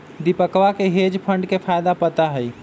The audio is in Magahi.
दीपकवा के हेज फंड के फायदा पता हई